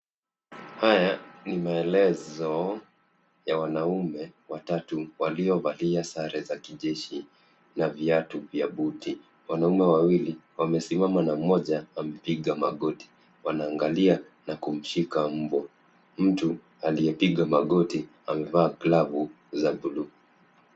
Haya ni maelezo ya wanaume watatu waliovalia sare za kijeshi na viatu vya buti. Wanaume wawili wamesimama na mmoja amepiga magoti. Wanaangalia na kumshika mbwa . Mtu aliyepiga magoti amevaa glavu za buluu.